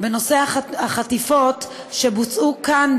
בנושא החטיפות שבוצעו כאן,